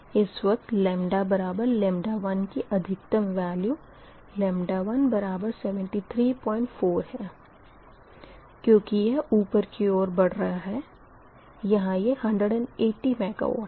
इस वक़्त बराबर 1 की अधिकतम वेल्यू 1 734 है क्यूँकि यह ऊपर की ओर बढ़ रहा है यहाँ यह 180 MW है